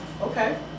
Okay